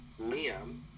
Liam